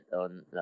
on